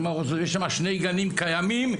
כלומר יש שם שני גנים קיימים,